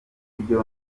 buryo